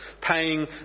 paying